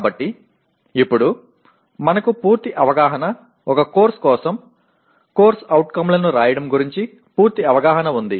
కాబట్టి ఇప్పుడు మనకు పూర్తి అవగాహన ఒక కోర్సు కోసం CO లను రాయడం గురించి పూర్తి అవగాహన ఉంది